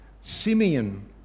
Simeon